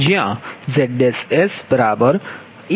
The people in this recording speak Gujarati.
જ્યાંZsA 1ZpA છે